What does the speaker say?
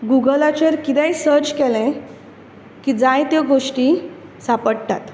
गुगलाचेर कितेंय सर्च केलें की जायत्यो गोश्टी सापडटात